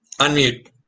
Unmute